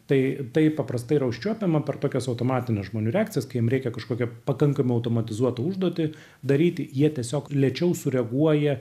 tai taip paprastai yra užčiuopiama per tokias automatines žmonių reakcijas kai jiem reikia kažkokią pakankamai automatizuotą užduotį daryti jie tiesiog lėčiau sureaguoja